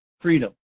freedom